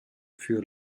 für